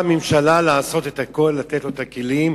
והממשלה צריכה לעשות את הכול, לתת לו את הכלים,